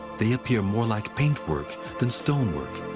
they appear more like paintwork than stonework.